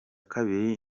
kabiri